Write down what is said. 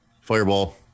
Fireball